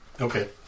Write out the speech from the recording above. Okay